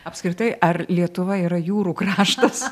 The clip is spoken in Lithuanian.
apskritai ar lietuva yra jūrų kraštas